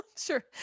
Sure